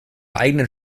eigenen